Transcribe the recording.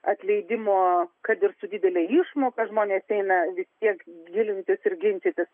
atleidimo kad ir su didele išmokas žmonės eina vis tiek gilintis ir ginčytis